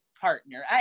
partner